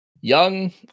young